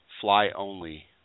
fly-only